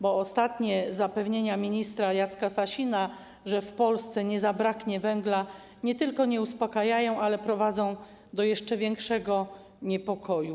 Bo ostatnie zapewnienia ministra Jacka Sasina, że w Polsce nie zabraknie węgla, nie tylko nie uspokajają, lecz także prowadzą do jeszcze większego niepokoju.